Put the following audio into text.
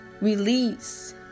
release